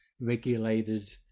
regulated